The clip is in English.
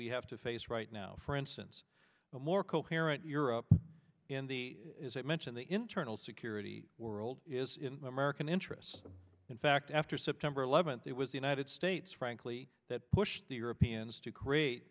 we have to face right now for instance a more coherent europe in the mention the internal security world is in american interests in fact after september eleventh it was the united states frankly that pushed the europeans to great